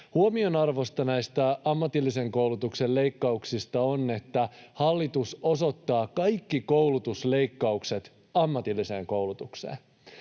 Huomionarvoista näistä ammatillisen koulutuksen leikkauksista on, että hallitus osoittaa kaikki koulutusleikkaukset ammatilliseen koulutukseen.